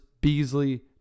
Beasley